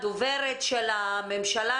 הדוברת של הממשלה,